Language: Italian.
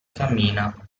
cammina